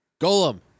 Golem